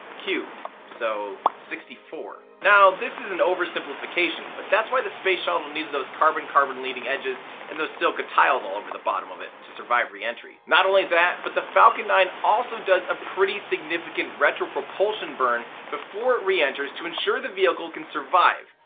cubed, so sixty four! now this is an oversimplification but that's why the space shuttle needed those carbon-carbon leading edges and those silica tiles all over the bottom of it to survive reentry. not only that, but the falcon nine also does an a pretty significant retropropulsion burn before it reenters, to ensure the vehicle can survive.